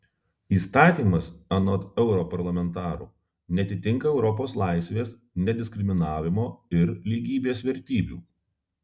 įstatymas anot europarlamentarų neatitinka europos laisvės nediskriminavimo ir lygybės vertybių